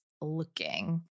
looking